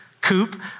coupe